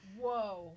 Whoa